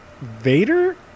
Vader